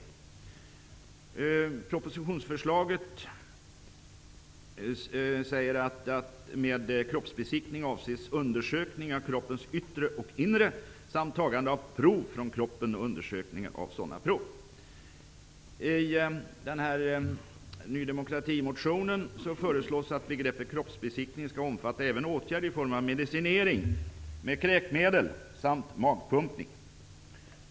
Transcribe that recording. I propositionen sägs att med kroppsbesiktning avses undersökning av kroppens yttre och inre samt tagande av prov från kroppen och undersökning av sådana prov. I Ny demokratis motion föreslås att begreppet kroppsbesiktning skall omfatta även åtgärder i form av medicinering med kräkmedel samt magpumpning.